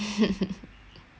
mm mm